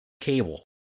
cable